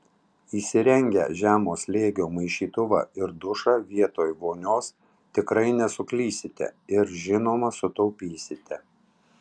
įsirengę žemo slėgio maišytuvą ir dušą vietoj vonios tikrai nesuklysite ir žinoma sutaupysite